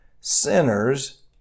sinners